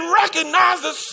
recognizes